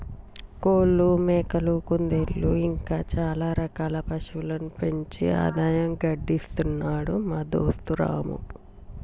కోళ్లు మేకలు కుందేళ్లు ఇలా చాల రకాల పశువులను పెంచి ఆదాయం గడిస్తున్నాడు మా దోస్తు రాము